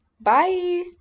Bye